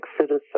citizen